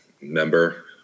member